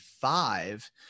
five